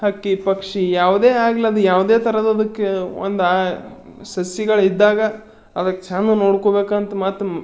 ಹಕ್ಕಿ ಪಕ್ಷಿ ಯಾವುದೇ ಆಗ್ಲದು ಯಾವುದೇ ಥರದ್ದು ಅದಕ್ಕೆ ಒಂದು ಆ ಸಸಿಗಳಿದ್ದಾಗ ಅದಕ್ಕೆ ಚೆಂದ ನೋಡ್ಕೊಳ್ಬೇಕಂತ ಮತ್ತು